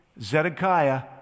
Zedekiah